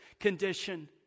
condition